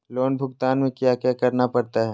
loan भुगतान में क्या क्या करना पड़ता है